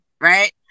Right